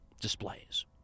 displays